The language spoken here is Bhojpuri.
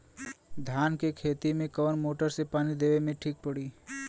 धान के खेती मे कवन मोटर से पानी देवे मे ठीक पड़ी?